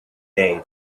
day